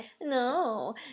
no